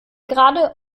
gerade